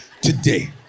today